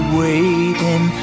waiting